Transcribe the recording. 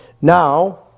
Now